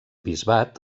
bisbat